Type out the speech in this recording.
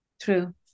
true